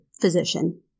physician